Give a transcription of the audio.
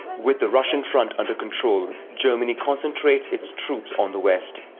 with the russian front under control, germany concentrates its troops on the west.